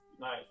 Nice